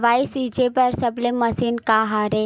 दवाई छिंचे बर सबले मशीन का हरे?